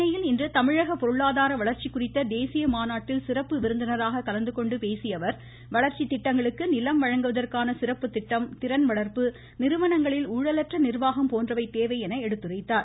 சென்னையில் இன்று தமிழக பொருளாதார வளர்ச்சி குறித்த தேசிய மாநாட்டில் சிறப்பு விருந்தினராக கலந்துகொண்டு பேசிய அவர் வளர்ச்சி திட்டங்களுக்கு நிலம் வழங்குவதற்கான சிறப்பு திட்டம் திறன் வளா்ப்பு நிறுவனங்களில் ஊழலற்ற நிா்வாகம் போன்றவை தேவை என்று எடுத்துரைத்தார்